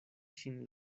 ŝin